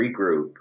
regroup